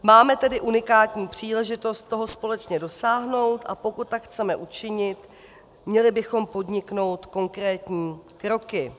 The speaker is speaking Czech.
Máme tedy unikátní příležitost toho společně dosáhnout, a pokud tak chceme učinit, měli bychom podniknout konkrétní kroky.